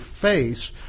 face